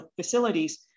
facilities